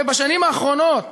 ובשנים האחרונות